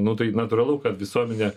nu tai natūralu kad visuomenė